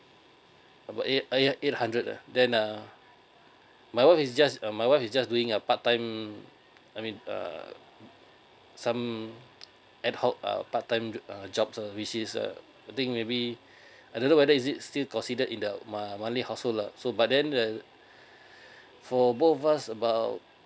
about eight eight hundred lah then uh my wife is just uh my wife is just doing a part time I mean uh some at home uh part time job uh which is uh I think maybe I don't know whether is it still considered in the monthly household lah so but then then for both of us about